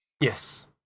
yes